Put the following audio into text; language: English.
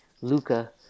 Luca